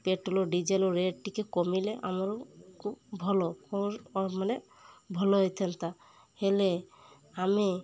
petrol diesel rate ଟିକେ କମିଲେ ଆମର ଭଲ ମାନେ ଭଲ ହେଇଥାନ୍ତା ହେଲେ ଆମେ